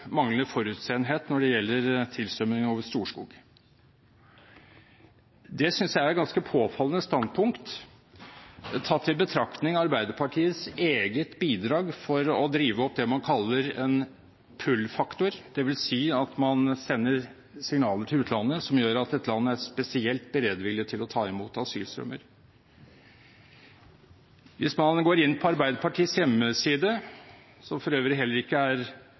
manglende forutseenhet når det gjelder tilstrømmingen over Storskog. Det synes jeg er et ganske påfallende standpunkt tatt i betraktning Arbeiderpartiets eget bidrag for å drive opp det man kaller en «pull»-faktor, det vil si at man sender signaler til utlandet om at et land er spesielt beredvillig til å ta imot asylstrømmer. Hvis man går inn på Arbeiderpartiets hjemmeside – som for øvrig heller ikke er